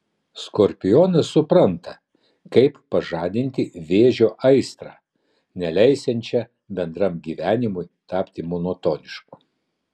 skorpionas supranta kaip pažadinti vėžio aistrą neleisiančią bendram gyvenimui tapti monotonišku